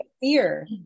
fear